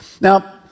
Now